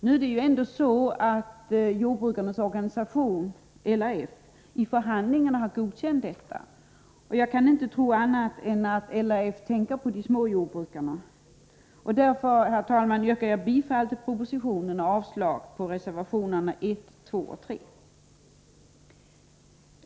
Nu är det ju ändå så att jordbrukarnas organisation LRF i förhandlingarna har godkänt detta, och jag kan inte tro annat än att LRF tänker på de små jordbrukarna. Därför, herr talman, yrkar jag bifall till utskottets förslag och avslag på reservationerna 1, 2 och 3.